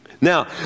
Now